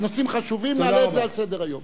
הנושאים חשובים, נעלה את זה על סדר-היום.